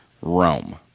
Rome